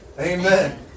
Amen